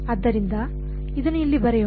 ಆದ್ದರಿಂದ ಇದನ್ನು ಇಲ್ಲಿ ಬರೆಯೋಣ